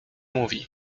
mówi